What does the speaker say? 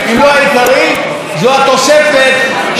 זו התוספת שניתנת ליוצרים.